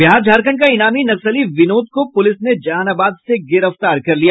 बिहार झारखंड का ईनामी नक्सली विनोद को पुलिस ने जहानाबाद से गिरफ्तार कर लिया